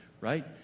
right